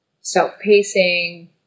self-pacing